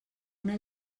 una